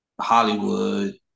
Hollywood